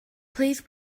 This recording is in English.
please